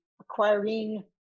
acquiring